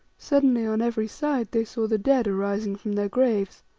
suddenly on every side they saw the dead arising from their graves.